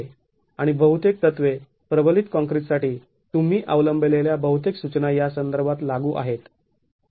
आणि बहुतेक तत्वे प्रबलित काँक्रीट साठी तुम्ही अवलंबलेल्या बहुतेक सूचना यासंदर्भात लागू आहेत